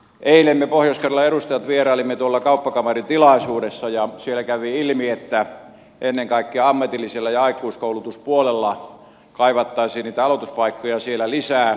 eilen me pohjois karjalan edustajat vierailimme tuolla kauppakamarin tilaisuudessa ja siellä kävi ilmi että ennen kaikkea ammatillisella ja aikuiskoulutuspuolella kaivattaisiin niitä aloituspaikkoja siellä lisää